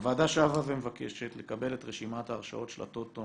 הוועדה שבה ומבקשת לקבל את רשימת ההרשאות של הטוטו